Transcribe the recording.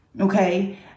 Okay